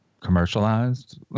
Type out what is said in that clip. commercialized